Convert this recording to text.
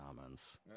comments